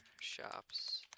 shops